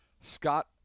Scott